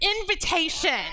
invitation